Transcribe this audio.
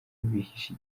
bihishe